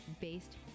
based